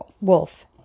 Wolf